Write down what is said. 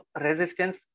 resistance